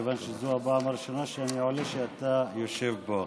כיוון שזו הפעם הראשונה שאני עולה כשאתה יושב פה.